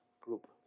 group